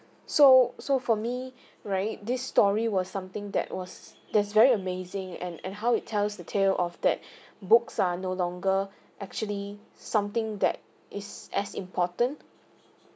so so for me right this story was something that was that's very amazing and and how it tells the tale of that books are no longer actually something that is as important